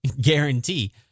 guarantee